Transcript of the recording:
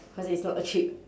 cause it's not uh cheap